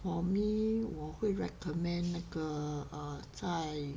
for me 我会 recommend 那个 uh 在 um